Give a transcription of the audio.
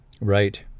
Right